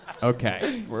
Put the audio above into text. Okay